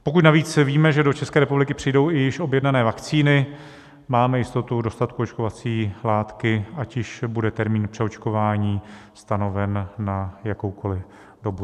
Pokud navíc víme, že do České republiky přijdou i již objednané vakcíny, máme jistotu dostatku očkovací látky, ať již bude termín přeočkování stanoven na jakoukoli dobu.